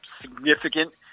significant